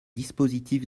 dispositif